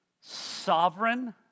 sovereign